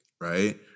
Right